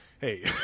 Hey